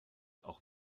auch